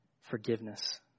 forgiveness